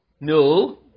No